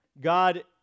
God